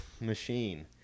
machine